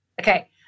Okay